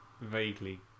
vaguely